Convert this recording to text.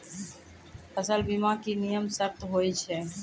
फसल बीमा के की नियम सर्त होय छै?